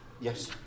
yes